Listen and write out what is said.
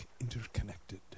interconnected